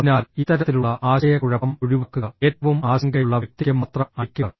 അതിനാൽ ഇത്തരത്തിലുള്ള ആശയക്കുഴപ്പം ഒഴിവാക്കുക ഏറ്റവും ആശങ്കയുള്ള വ്യക്തിക്ക് മാത്രം അയയ്ക്കുക